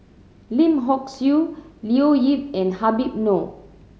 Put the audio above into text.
Lim Hock Siew Leo Yip and Habib Noh